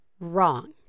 wrong